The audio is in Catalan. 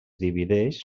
divideix